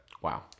wow